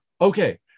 okay